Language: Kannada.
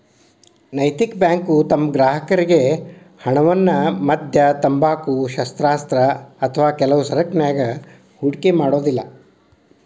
ನೈತಿಕ ಬ್ಯಾಂಕು ತಮ್ಮ ಗ್ರಾಹಕರ್ರಿಗೆ ಹಣವನ್ನ ಮದ್ಯ, ತಂಬಾಕು, ಶಸ್ತ್ರಾಸ್ತ್ರ ಅಥವಾ ಕೆಲವು ಸರಕನ್ಯಾಗ ಹೂಡಿಕೆ ಮಾಡೊದಿಲ್ಲಾ